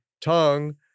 tongue